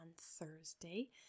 Thursday